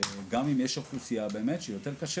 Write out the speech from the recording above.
גם אם יש אוכלוסייה שקשה לה יותר.